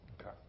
okay